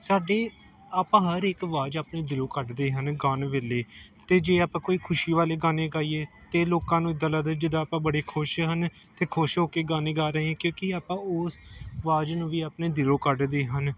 ਸਾਡੇ ਆਪਾਂ ਹਰ ਇੱਕ ਆਵਾਜ਼ ਆਪਣੇ ਦਿਲੋਂ ਕੱਢਦੇ ਹਨ ਗਾਉਣ ਵੇਲੇ ਅਤੇ ਜੇ ਆਪਾਂ ਕੋਈ ਖੁਸ਼ੀ ਵਾਲੇ ਗਾਣੇ ਗਾਈਏ ਤਾਂ ਲੋਕਾਂ ਨੂੰ ਇੱਦਾਂ ਲੱਗਦਾ ਜਿੱਦਾਂ ਆਪਾਂ ਬੜੇ ਖੁਸ਼ ਹਨ ਅਤੇ ਖੁਸ਼ ਹੋ ਕੇ ਗਾਣੇ ਗਾ ਰਹੇ ਕਿਉਂਕਿ ਆਪਾਂ ਉਸ ਆਵਾਜ਼ ਨੂੰ ਵੀ ਆਪਣੇ ਦਿਲੋਂ ਕੱਢਦੇ ਹਨ